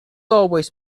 always